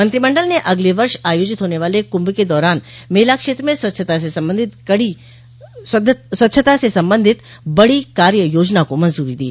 मंत्रिमंडल ने अगले वर्ष आयोजित होने वाले कुंभ के दौरान मेला क्षेत्र में स्वच्छता से संबंधित बड़ी कार्य योजना को मंजूरी दी